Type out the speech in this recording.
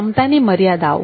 ક્ષમતાની મર્યાદાઓ